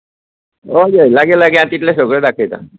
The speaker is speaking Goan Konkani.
हय हय लागीं लागीं आहा तितलें सगळें दाखयतां